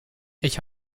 ich